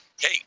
hey